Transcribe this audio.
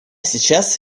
сейчас